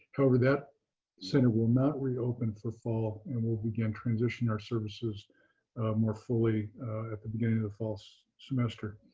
however, that center will not reopen for fall. and we'll begin transitioning our services more fully at the beginning of the fall so semester.